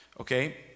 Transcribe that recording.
Okay